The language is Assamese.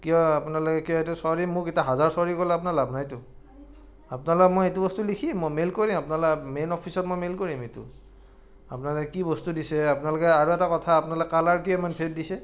কিয় আপোনালোকে কিয় এইটো চৰি মোক এতিয়া হাজাৰ চৰি ক'লেও আপোনাৰ লাভ নাইতো আপোনালোকলৈ মই এইটো বস্তু লিখিম মই মেইল কৰিম আপোনালৈ মেইন অফিচত মই মেইল কৰিম এইটো আপোনালোকে কি বস্তু দিছে আপোনালোকে আৰু এটা কথা আপোনালোকে কালাৰ কিয় ইমান ফেড দিছে